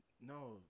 No